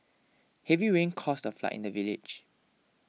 heavy rains caused a flood in the village